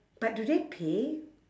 but do they pay